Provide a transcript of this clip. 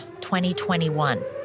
2021